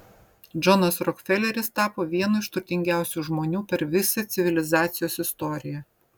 džonas rokfeleris tapo vienu iš turtingiausių žmonių per visą civilizacijos istoriją